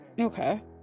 Okay